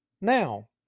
now